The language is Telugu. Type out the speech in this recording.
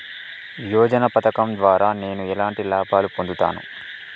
యోజన పథకం ద్వారా నేను ఎలాంటి లాభాలు పొందుతాను?